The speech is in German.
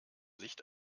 licht